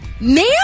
man